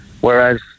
whereas